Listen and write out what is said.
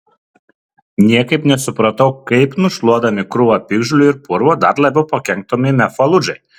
niekaip nesupratau kaip nušluodami krūvą piktžolių ir purvo dar labiau pakenktumėme faludžai